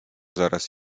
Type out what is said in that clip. zaraz